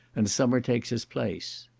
and summer takes his place.